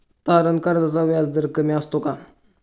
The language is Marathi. तारण कर्जाचा व्याजदर कमी असतो का?